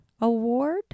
Award